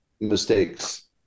mistakes